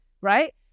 right